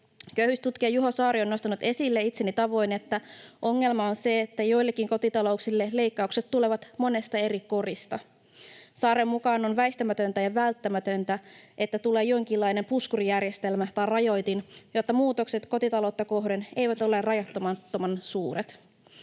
Köyhyystutkija Juho Saari on nostanut esille, itseni tavoin, että ongelma on se, että joillekin kotitalouksille leikkaukset tulevat monesta eri korista. Saaren mukaan on väistämätöntä ja välttämätöntä, että tulee jonkinlainen puskurijärjestelmä tai rajoitin, jotta muutokset kotitaloutta kohden eivät ole rajoittamattoman suuret.